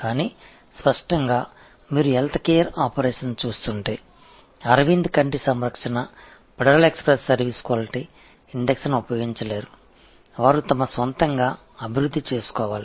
ஆனால் வெளிப்படையாக நீங்கள் ஒரு சுகாதாரப் பணியைப் பார்க்கிறீர்கள் என்றால் அரவிந்தின் கண் பராமரிப்பால் கூட்டாட்சி விரைவு சர்வீஸ் க்வாலிடி குறியீட்டைப் பயன்படுத்த முடியாது அவர்கள் சொந்தமாக உருவாக்க வேண்டும்